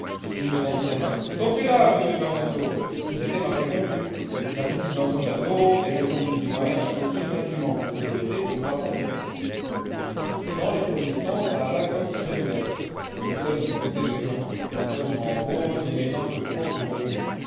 ii me tendit la main topez là monsieur de varnetot c'était marché conclu la petite vint au château et je conduisis moi-même à cauville ma jument que je laissai pour trois cents écus dans les premiers temps ça alla comme sur des roulettes personne ne se doutait de rien seulement rose m'aimait un peu trop pour mon goût